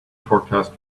forecast